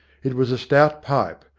it was a stout pipe,